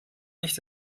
nicht